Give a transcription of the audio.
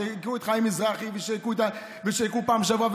שהיכו את חיים מזרחי ושהיכו בפעם שעברה,